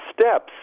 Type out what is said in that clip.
steps